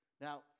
Now